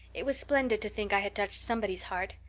it was splendid to think i had touched somebody's heart.